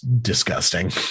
disgusting